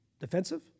defensive